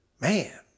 man